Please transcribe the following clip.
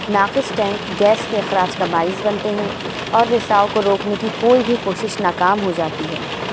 ناقص tank gas کے اخراج کا باعث بنتے ہیں اور رساو کو روکنے کی کوئی بھی کوشش ناکام ہو جاتی ہے